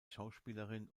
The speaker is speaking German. schauspielerin